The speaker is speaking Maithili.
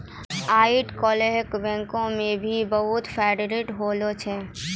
आइ काल्हि बैंको मे भी बहुत फरौड हुवै छै